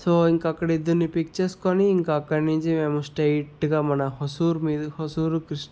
so ఇంకా అక్కడ ఇద్దర్ని పిక్ చేసుకొని ఇంక అక్కడి నించి మేము స్ట్రెయిట్గా మన హోసూర్ మీద హోసూరు కృ